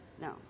No